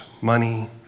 money